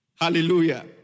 Hallelujah